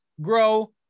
grow